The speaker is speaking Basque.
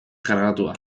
kargatua